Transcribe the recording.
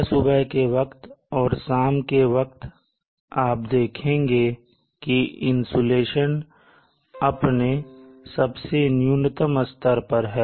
सुबह सुबह के वक्त और शाम के वक्त आप देखेंगे कि इंसुलेशन अपने सबसे न्यूनतम स्तर पर है